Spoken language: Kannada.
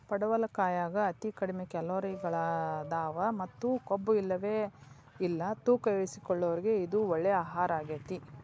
ಪಡವಲಕಾಯಾಗ ಅತಿ ಕಡಿಮಿ ಕ್ಯಾಲೋರಿಗಳದಾವ ಮತ್ತ ಕೊಬ್ಬುಇಲ್ಲವೇ ಇಲ್ಲ ತೂಕ ಇಳಿಸಿಕೊಳ್ಳೋರಿಗೆ ಇದು ಒಳ್ಳೆ ಆಹಾರಗೇತಿ